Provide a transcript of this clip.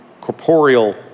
corporeal